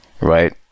right